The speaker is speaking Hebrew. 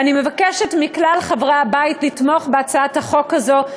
ואני מבקשת מכלל חברי הבית לתמוך בהצעת החוק הזאת,